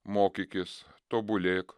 mokykis tobulėk